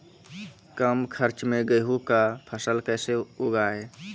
कम खर्च मे गेहूँ का फसल कैसे उगाएं?